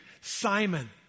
Simon